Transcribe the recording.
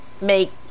make